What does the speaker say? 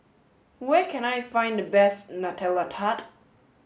where can I find the best Nutella Tart